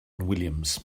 williams